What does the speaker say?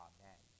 Amen